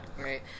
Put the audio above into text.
Right